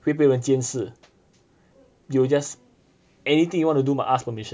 会被人监视 you'll anything you want to do must ask permission